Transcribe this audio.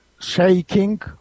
shaking